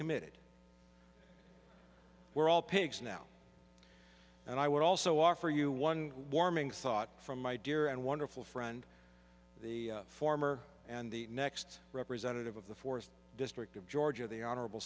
committed we're all pigs now and i would also offer you one warming thought from my dear and wonderful friend the former and the next representative of the fourth district of georgia the honorable